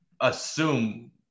assume